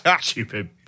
stupid